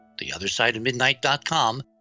theothersideofmidnight.com